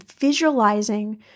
visualizing